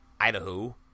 Idaho